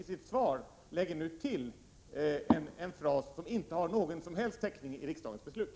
I sitt svar lägger Bengt Lindqvist till en fras som inte har någon täckning i riksdagens beslut.